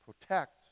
protect